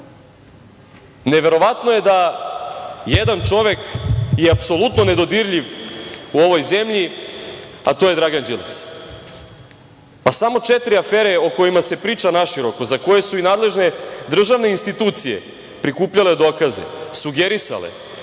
Adi? Neverovatno je da je jedan čovek apsolutno nedodirljiv u ovoj zemlji, a to je Dragan Đilas. Samo četiri afere o kojima se priča naširoko za koje su i nadležne državne institucije prikupljale dokaze, sugerisale,